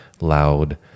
loud